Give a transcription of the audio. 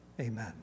Amen